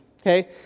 okay